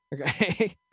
Okay